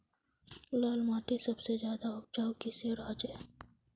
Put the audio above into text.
लाल माटित सबसे ज्यादा उपजाऊ किसेर होचए?